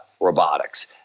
Robotics